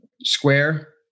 square